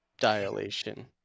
dilation